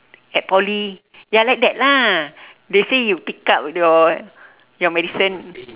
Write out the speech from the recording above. at poly ya like that lah they say you pick up your your medicine